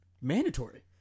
mandatory